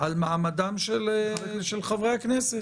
על מעמדם של חברי הכנסת.